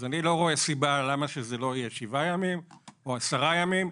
אני לא רואה סיבה למה זה לא יהיה שבעה ימים או עשרה ימים,